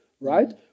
right